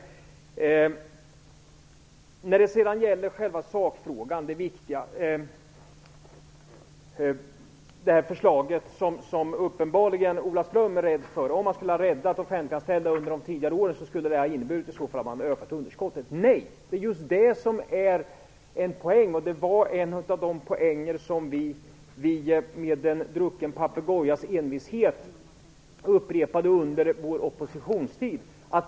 Jag övergår i stället till själva sakfrågan, det här förslaget som uppenbarligen Ola Ström var rädd för. Om man skulle ha räddat offentliganställda under de tidigare åren så skulle det ha ökat budgetunderskottet, säger Ola Ström. Nej, svarar jag. Det är just det som är en poäng, en av de poänger som vi med en drucken papegojas envishet upprepade under vår oppositionstid.